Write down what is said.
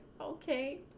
okay